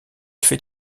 fait